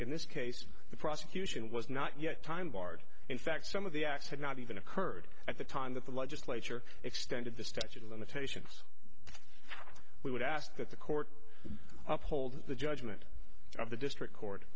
in this case the prosecution was not yet time barred in fact some of the actually not even occurred at the time that the legislature extended the statute of limitations we would ask that the court uphold the judgment of the district co